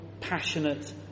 passionate